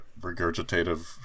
regurgitative